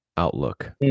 Outlook